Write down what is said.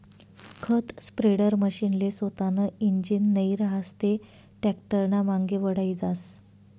खत स्प्रेडरमशीनले सोतानं इंजीन नै रहास ते टॅक्टरनामांगे वढाई जास